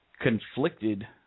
conflicted